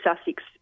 Sussex